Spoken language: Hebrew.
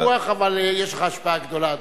אין ויכוח, אבל יש לך השפעה גדולה,